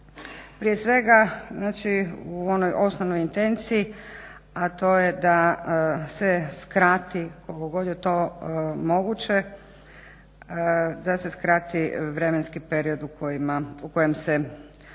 Prije svega znači u onoj osnovnoj intenciji, a to je da se skrati koliko god je to moguće, da se skrati vremenski periodu u kojem se